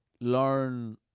learn